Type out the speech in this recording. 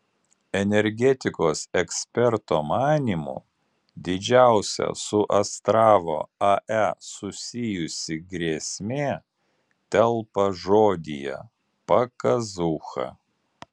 energetikos eksperto manymu didžiausia su astravo ae susijusi grėsmė telpa žodyje pakazūcha